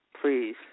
Please